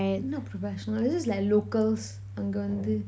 not professional is just like locals அங்க வந்து:anga vanthu